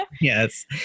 Yes